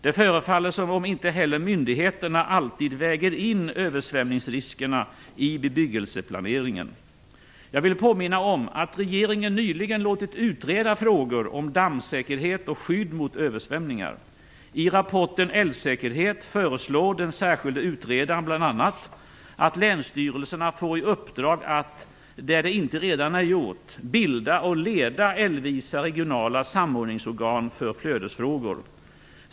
Det förefaller som om inte heller myndigheterna alltid väger in översvämningsriskerna i bebyggelseplaneringen. Jag vill påminna om att regeringen nyligen låtit utreda frågor om dammsäkerhet och skydd mot översvämningar. I rapporten Älvsäkerhet föreslår den särskilde utredaren bl.a. att länsstyrelserna får i uppdrag att, där det inte redan är gjort, bilda och leda älvvisa regionala samordningsorgan för flödesfrågor.